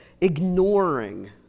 ignoring